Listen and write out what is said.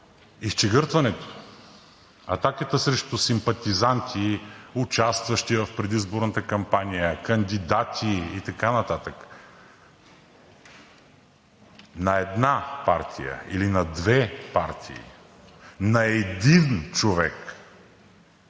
изчегъртването, атаката срещу симпатизанти, участващи в предизборната кампания, кандидати и така нататък на една партия или на две партии, на един човек,